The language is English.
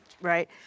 right